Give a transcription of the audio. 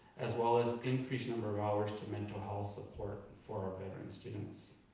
as well as increased number of hours to mental health support for our veteran students.